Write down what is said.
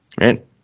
right